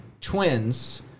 twins